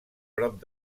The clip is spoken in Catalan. prop